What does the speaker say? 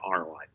ROI